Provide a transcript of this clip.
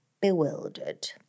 bewildered